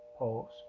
Pause